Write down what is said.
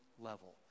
level